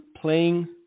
playing